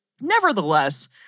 Nevertheless